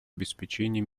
обеспечения